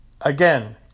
again